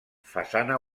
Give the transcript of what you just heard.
façana